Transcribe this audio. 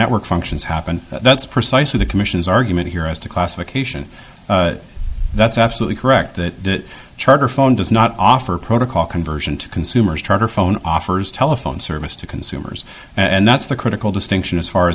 network functions happen that's precisely the commission's argument here as to classification that's absolutely correct that charter phone does not offer protocol conversion to consumers tarter phone offers telephone service to consumers and that's the critical distinction as far